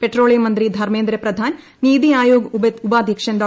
petroleum മന്ത്രി ധർമ്മേന്ദ്ര പ്രധാൻ നീതി ആയോഗ് ഉപാധ്യക്ഷൻ ഡോ